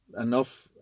enough